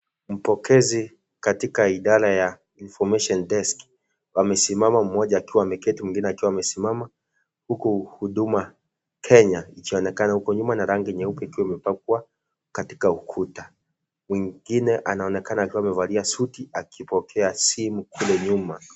Mpokezi katika idara ya information desk , wamesimama mmoja akiwa ameketi mwingine akiwa amesimama, huku Huduma Kenya ikionekana huko nyuma na rangi nyeupe ikiwa imepakwa katika ukuta. Mwingine anaonekana akiwa amevalia suti akipokea simu kule nyuma.